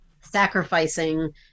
sacrificing